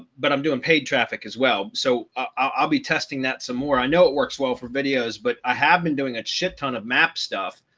but i'm doing paid traffic as well. so i'll be testing that some more. i know it works well for videos, but i i have been doing a shit ton of map stuff,